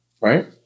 Right